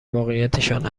واقعیتشان